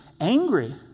angry